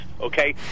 okay